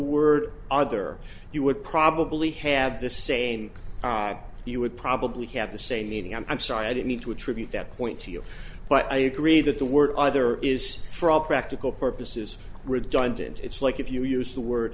word other you would probably have the same you would probably have the same meaning i'm sorry i didn't mean to attribute that point to you but i agree that the word other is for all practical purposes redundant it's like if you use the word